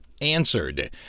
answered